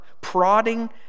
prodding